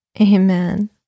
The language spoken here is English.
Amen